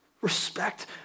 respect